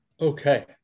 Okay